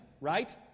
Right